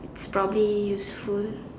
it's probably useful